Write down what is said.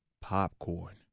popcorn